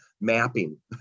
mapping